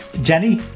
Jenny